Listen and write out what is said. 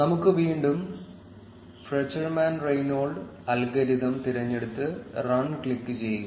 നമുക്ക് വീണ്ടും Fruchterman Reingold algorithm തിരഞ്ഞെടുത്ത് റൺ ക്ലിക്ക് ചെയ്യുക